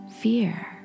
fear